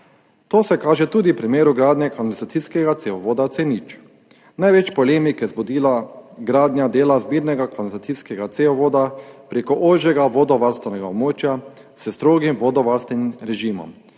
To se kaže tudi v primeru gradnje kanalizacijskega cevovoda C0. Največ polemik je zbudila gradnja dela zbirnega kanalizacijskega cevovoda preko ožjega vodovarstvenega območja s strogim vodovarstvenim režimom.